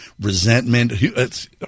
resentment